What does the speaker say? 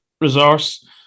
resource